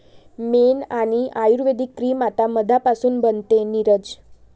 मेण आणि आयुर्वेदिक क्रीम आता मधापासून बनते, नीरज